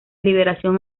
liberación